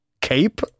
cape